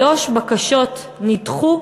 שלוש בקשות נדחו,